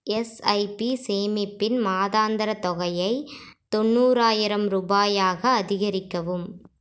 SIP சேமிப்பின் மாதாந்திரத் தொகையை தொண்ணூறாயிரம் ரூபாயாக அதிகரிக்கவும்